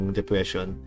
depression